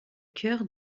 cœur